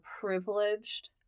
privileged